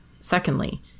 secondly